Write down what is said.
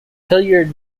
hilliard